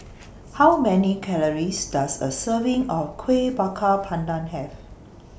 How Many Calories Does A Serving of Kuih Bakar Pandan Have